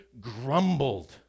grumbled